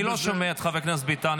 אני לא שומע את חבר הכנסת ביטן.